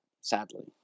sadly